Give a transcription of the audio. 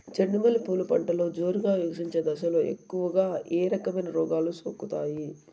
చెండు మల్లె పూలు పంటలో జోరుగా వికసించే దశలో ఎక్కువగా ఏ రకమైన రోగాలు సోకుతాయి?